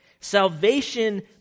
Salvation